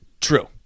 True